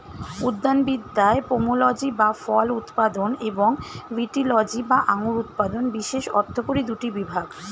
উদ্যানবিদ্যায় পোমোলজি বা ফল উৎপাদন এবং ভিটিলজি বা আঙুর উৎপাদন বিশেষ অর্থকরী দুটি বিভাগ